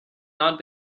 not